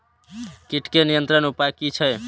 कीटके नियंत्रण उपाय कि छै?